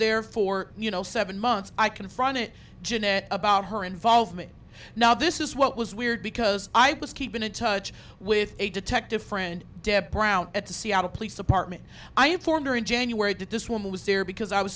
there for you know seven months i confront it jeanette about her involvement now this is what was weird because i was keeping in touch with a detective friend deb brown at the seattle police department i informed her in january that this woman was there because i was